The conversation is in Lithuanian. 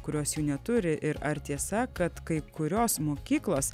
kurios jų neturi ir ar tiesa kad kai kurios mokyklos